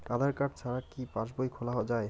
আধার card ছাড়া কি passbook খোলা যায়?